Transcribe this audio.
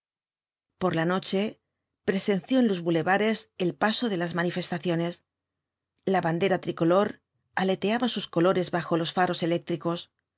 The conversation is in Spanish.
por la noche presenció en los bulevares el paso de las manifestaciones la bandera tricolor aleteaba sus colores bajo los faros eléctricos